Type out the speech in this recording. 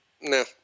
No